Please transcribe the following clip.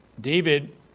David